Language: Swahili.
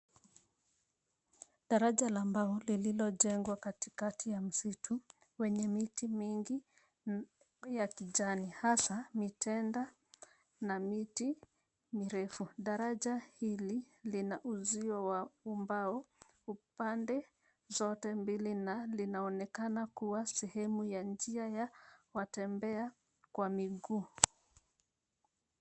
Daraja la mbao, lililojengwa katikati ya msitu wenye miti mingi ya kijani, hasa mitenda na miti mirefu. Daraja hili lina uzio wa umbao upande zote mbili na linaonekana kuwa sehemu ya njia ya watembea kwa miguu.